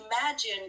imagine